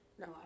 No